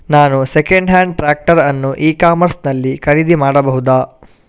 ನಾನು second hand tractor ಅನ್ನು e commerce ನಲ್ಲಿ ಖರೀದಿ ಮಾಡಬಹುದಾ?